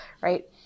right